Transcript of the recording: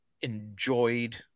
enjoyed